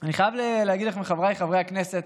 אני חייב להגיד לכם, חבריי חברי הכנסת,